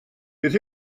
beth